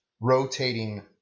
rotating